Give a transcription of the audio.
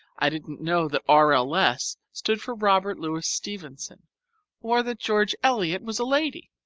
i didn't know that r. l. s. stood for robert louis stevenson or that george eliot was a lady.